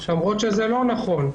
למרות שזה לא נכון.